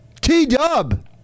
T-dub